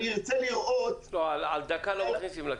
אני רוצה לראות -- לא, על דקה לא מכניסים לכלא.